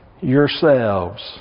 yourselves